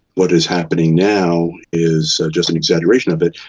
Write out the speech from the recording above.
what is happening now is just an exaggeration of it.